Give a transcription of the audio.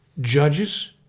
judges